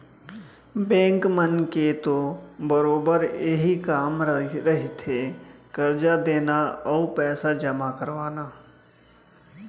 bank मन के तो बरोबर इहीं कामे रहिथे करजा देना अउ पइसा जमा करवाना